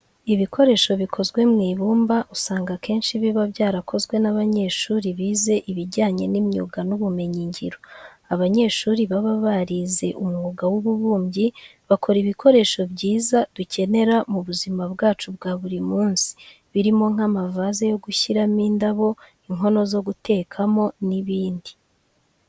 Ibikoresho bikozwe mu ibumba usanga akenshi biba byarakozwe n'abanyeshuri bize ibijyanye n'imyuga n'ubumenyingiro. Abanyeshuri baba barize umwuga w'ububumbyi bakora ibikoresho byiza dukenera mu buzima bwacu bwa buri munsi birimo nk'amavaze yo gushyiramo indabo, inkono zo gutekamo n'ibindi.